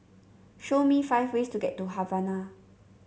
show me five ways to get to Havana